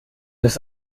des